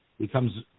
becomes